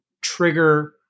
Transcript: trigger